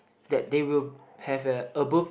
that they will have a above